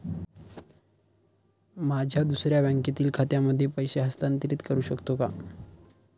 माझ्या दुसऱ्या बँकेतील खात्यामध्ये पैसे हस्तांतरित करू शकतो का?